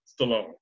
Stallone